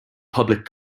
public